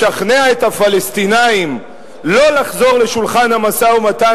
לשכנע את הפלסטינים לא לחזור לשולחן המשא-ומתן,